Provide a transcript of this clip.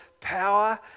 power